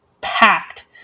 packed